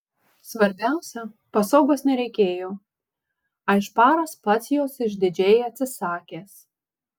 svarbiausia pasogos nereikėjo aišparas pats jos išdidžiai atsisakęs